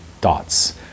dots